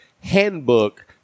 handbook